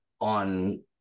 on